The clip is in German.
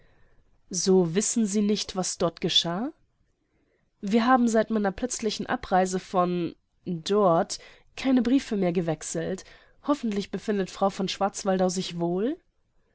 so wissen sie nicht was dort geschah wir haben seit meiner plötzlichen abreise von dort keine briefe mehr gewechselt hoffentlich befindet frau von schwarzwaldau sich wohl